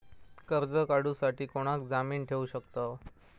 कर्ज काढूसाठी कोणाक जामीन ठेवू शकतव?